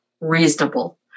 reasonable